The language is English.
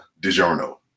DiGiorno